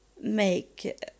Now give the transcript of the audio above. make